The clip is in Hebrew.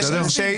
זה לא אישי.